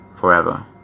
forever